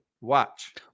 Watch